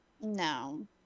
No